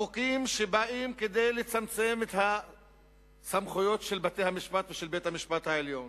החוקים שבאים לצמצם את הסמכויות של בתי-המשפט ושל בית המשפט-העליון,